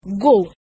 Go